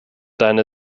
deine